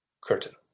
Curtain